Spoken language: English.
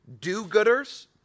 do-gooders